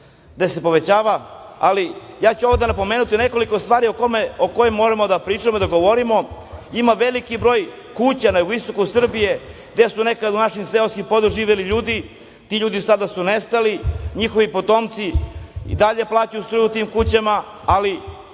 gde se povećava, ali ovde ću napomenuti nekoliko stvari o kojima moramo da pričamo, da govorimo. Ima veliki broj kuća na jugoistoku Srbije gde su nekada u našim seoskim područjima živeli ljudi, ti ljudi su sada nestali, njihovi potomci i dalje plaćaju struju u tim kućama, ali